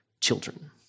children